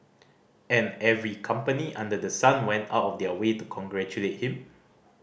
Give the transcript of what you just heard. and every company under the sun went out of their way to congratulate him